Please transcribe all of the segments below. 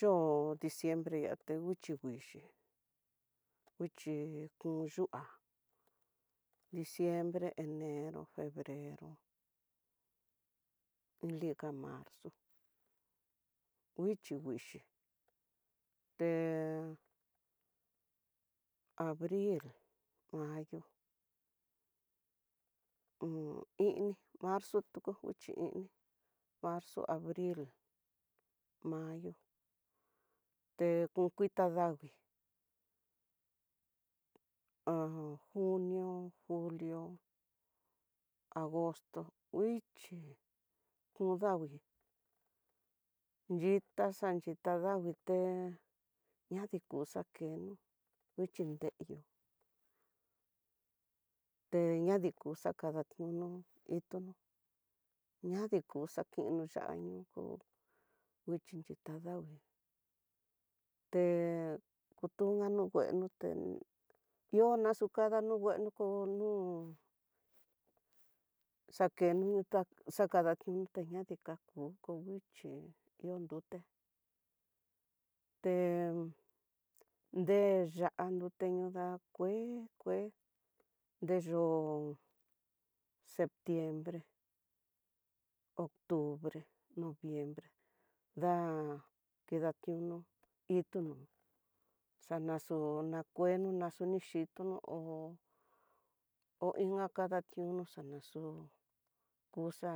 Yo'o diciembre atenguixhi nguixhi, nguixhi kon yu'a, diciembre, enero, febrero, ulika marzo nguichi nguixhi, te abril, mayo ho ini marzo tukunguichi ini, marzo, abril, mayo te kon kuita ndagui, ha junio, julio, agosto nguichi kon danguii yita xanyita ta dangui té adikuxa kenó nguixhi nreyu te ñadi ku xakadaq kuno, itu ñaduku xakino xa'a ñuku nguixhi yita ndagui, te kutu ngano ngueno konduté, ñoo na xukano ngueno ko nú xakeno dakatión teñadii kaku ko nguixhi ihó ndutá te nde ya'á no te ñoda kue kue nde yo'o septiembre, octubre, noviembre da kidationo itú xanaxuná kueno naxunexhitono hó oinka kadationo xanaxu kuxa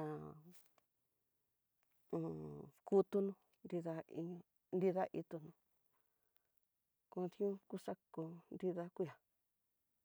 hu'u kutuno, nrida iño nrida itono kodion kuxa kó nrida kueá.